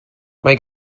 mae